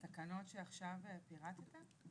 התקנות שעכשיו פירטת?